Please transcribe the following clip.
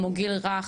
גיל רך,